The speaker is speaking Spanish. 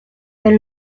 del